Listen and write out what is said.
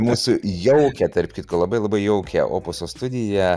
mūsų jau tarp kitko labai labai jaukią opuso studiją